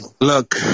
Look